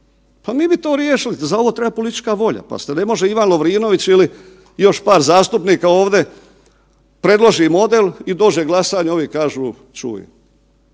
pa mi bi to riješili. Za ovo treba politička volja, pazite, ne može Ivan Lovrinović ili još par zastupnika ovdje predloži model i dođe glasanje i ovi kažu, čuj